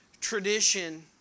tradition